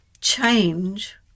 change